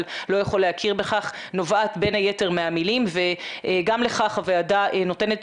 לא יכול להכיר בכך נובעת בין היתר מהמילים וגם לכך הוועדה נותנת